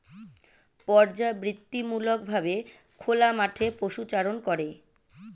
পর্যাবৃত্তিমূলক ভাবে খোলা মাঠে পশুচারণ করে